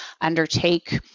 undertake